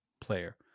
player